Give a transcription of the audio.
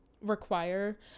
require